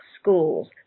schools